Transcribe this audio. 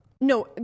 No